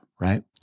right